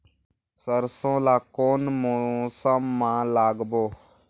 सरसो ला कोन मौसम मा लागबो?